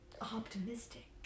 Optimistic